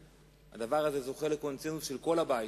הדבר הזה זוכה לקונסנזוס של כל הבית.